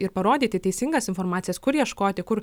ir parodyti teisingas informacijas kur ieškoti kur